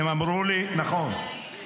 הם אמרו לי, נכון.